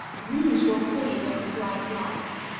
rouge will fade under bright lights.